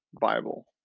Bible